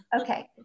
Okay